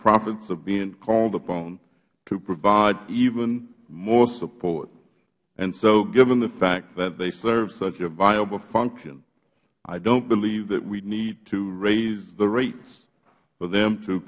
profits are being called upon to provide even more support so given the fact that they serve such a viable function i dont believe that we need to raise the rates for them to